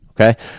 Okay